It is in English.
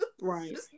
Right